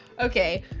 okay